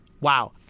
Wow